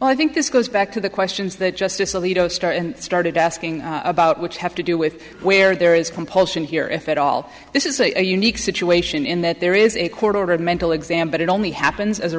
i think this goes back to the questions that justice alito starr and started asking about which have to do with where there is compulsion here if at all this is a unique situation in that there is a court ordered mental exam but it only happens as a